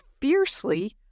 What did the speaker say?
fiercely